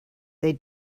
they